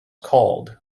called